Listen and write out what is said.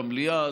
במליאה,